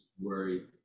worry